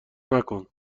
نکن